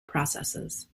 processes